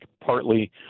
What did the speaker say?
partly